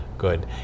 Good